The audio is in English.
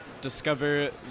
discover